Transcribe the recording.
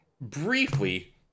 briefly